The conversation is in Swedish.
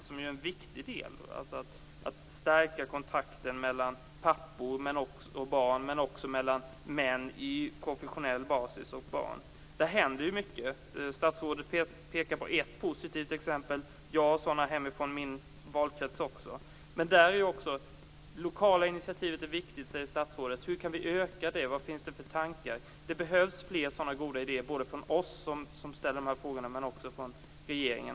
Det är viktigt att stärka kontakten mellan pappor och barn men också mellan män i professionella sammanhang och barn. Där händer mycket. Statsrådet pekade på ett positivt exempel. Det finns exempel också från min valkrets. Statsrådet säger att det lokala initiativet är viktigt. Hur kan vi öka mängden initiativ? Vad finns det för tankar? Det behövs fler goda idéer, både från oss som ställer frågorna men också från regeringen.